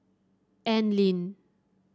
Anlene